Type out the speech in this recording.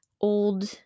old